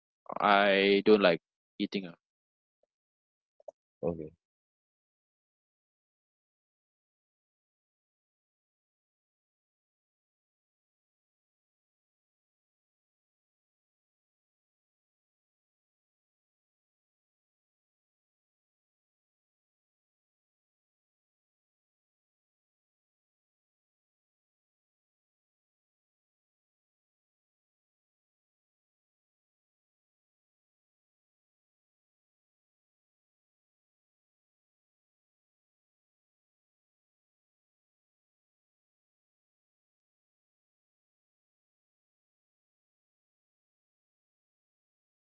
I don't like eating ah